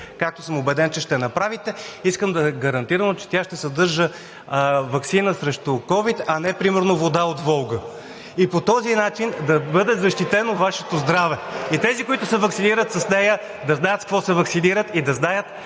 както съм убеден, че ще направите искам да е гарантирано, че тя ще съдържа ваксина срещу ковид, а не примерно вода от Волга. По този начин да бъде защитено Вашето здраве и тези, които се ваксинират с нея, да знаят с какво се ваксинират и да знаят,